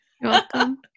welcome